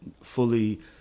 fully